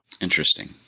Interesting